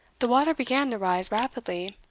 the water began to rise rapidly,